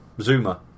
Zuma